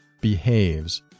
behaves